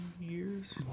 years